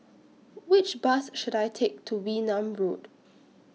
Which Bus should I Take to Wee Nam Road